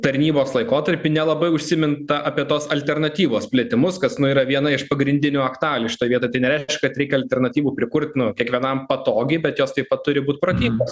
tarnybos laikotarpį nelabai užsiminta apie tos alternatyvos plėtimus kas nu yra viena iš pagrindinių aktualijų šitoj vietoj tai nereiškia kad reikia alternatyvų prikurt nu kiekvienam patogiai bet jos taip pat turi būt pratybos